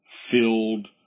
filled